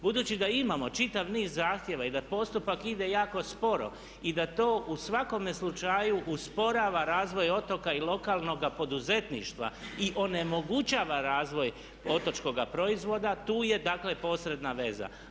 Budući da imamo čitav niz zahtjeva i da postupak ide jako sporo i da to u svakome slučaju usporava razvoj otoka i lokalnoga poduzetništva i onemogućava razvoj otočkoga proizvoda tu je dakle posredna veza.